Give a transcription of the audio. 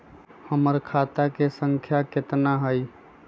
हमर खाता के सांख्या कतना हई?